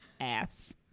ass